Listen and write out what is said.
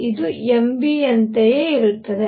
ಇದು mv ಯಂತೆಯೇ ಇರುತ್ತದೆ